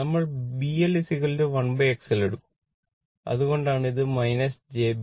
നമ്മൾ BL1XL എടുക്കും അതുകൊണ്ടാണ് അത് j BL